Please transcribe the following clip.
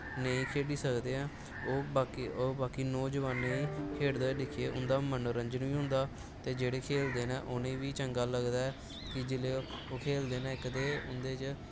नेईं खेढी सकदे ऐं ओह् बाकी नोजोआनें गी खेढदे दिक्खियै उं'दा बा मनोंरंजन होंदा ते जेह्ड़े खेलदे नै उ'नें गी बी चंगा लगदा ऐ कि जिसलै ओह् खेलदे नै इक ते उं'दे च